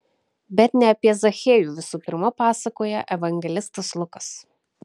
bet ne apie zachiejų visų pirma pasakoja evangelistas lukas